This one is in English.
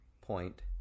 point